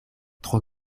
tro